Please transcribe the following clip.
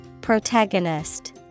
Protagonist